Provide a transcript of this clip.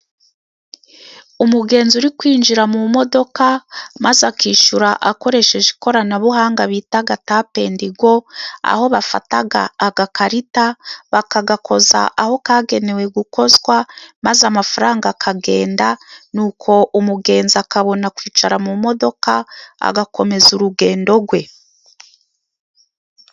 Umugenzi uri kwinjira mu modoka maze akishyura akoresheje ikoranabuhanga bita tapendigo, aho bafata agakarita bakagakoza aho kagenewe gukozwa maze amafaranga akagenda, nuko umugenzi akabona kwicara mu modoka agakomeza urugendo rwe.